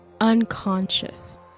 unconscious